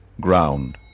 ground